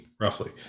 roughly